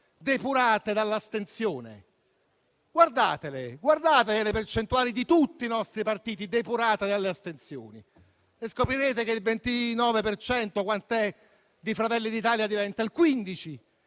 depurate dall'astensione? Guardatele le percentuali di tutti i nostri partiti depurate dall'astensione e scoprirete che il 29 per cento di Fratelli d'Italia diventa il 15